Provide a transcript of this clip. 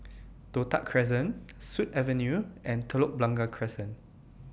Toh Tuck Crescent Sut Avenue and Telok Blangah Crescent